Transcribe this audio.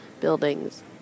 buildings